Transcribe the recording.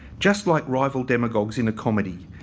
just like rival demigods in a comedy.